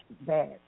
bad